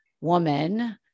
woman